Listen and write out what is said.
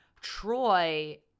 Troy